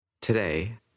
Today